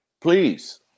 Please